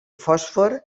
fòsfor